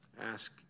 ask